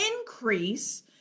increase